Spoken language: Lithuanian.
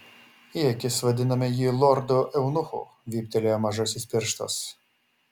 į akis vadiname jį lordu eunuchu vyptelėjo mažasis pirštas